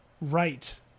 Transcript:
Right